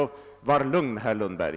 Så var lugn, herr Lundberg!